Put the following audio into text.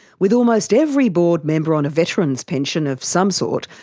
with almost every board member on a veterans' pension of some sort,